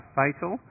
fatal